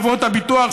חברות הביטוח,